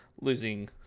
losing